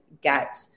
get